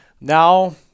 now